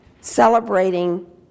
celebrating